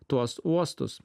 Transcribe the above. tuos uostus